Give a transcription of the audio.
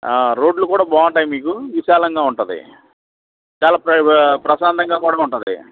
రోడ్లు కూడా బాగుంటాయి మీకు విశాలంగా ఉంటుంది చాలా ఫైవే ప్రశాంతంగా కూడా ఉంటుంది